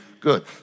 good